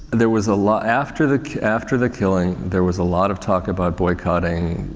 there was a lot, after the, after the killing there was a lot of talk about boycotting,